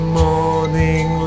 morning